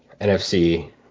NFC